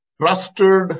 trusted